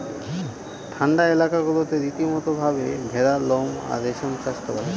ঠান্ডা এলাকা গুলাতে রীতিমতো ভাবে ভেড়ার লোম আর রেশম চাষ করা হয়